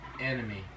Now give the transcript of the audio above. enemy